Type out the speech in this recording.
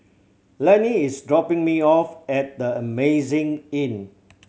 Lenny is dropping me off at The Amazing Inn